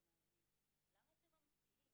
למה אתם ממציאים?